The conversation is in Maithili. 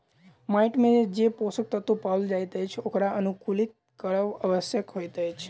माइट मे जे पोषक तत्व पाओल जाइत अछि ओकरा अनुकुलित करब आवश्यक होइत अछि